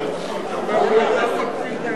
ההסתייגות של חבר הכנסת דב